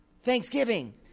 thanksgiving